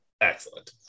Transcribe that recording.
excellent